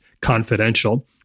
confidential